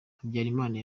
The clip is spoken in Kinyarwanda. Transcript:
habyarimana